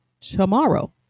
tomorrow